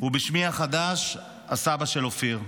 ובשמי החדש, הסבא של אופיר.